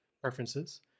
preferences